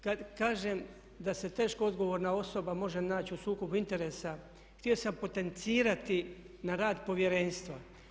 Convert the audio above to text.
Kada kažem da se teško odgovorna osoba može naći u sukobu interesa htio sam potencirati na rad Povjerenstva.